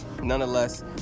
Nonetheless